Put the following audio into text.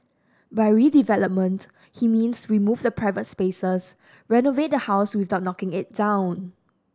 by redevelopment he means remove the private spaces renovate the house without knocking it down